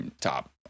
Top